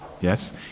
Yes